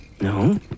No